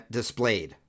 displayed